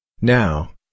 Now